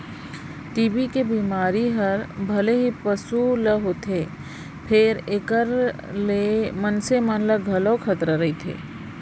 TB के बेमारी हर भले ही पसु ल होए रथे फेर एकर ले मनसे मन ल घलौ खतरा रइथे